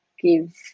give